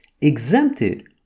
Exempted